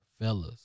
fellas